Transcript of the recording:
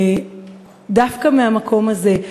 דווקא מהמקום הזה,